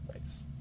Nice